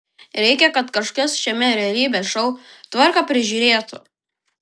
reikia kad kažkas šiame realybės šou tvarką prižiūrėtų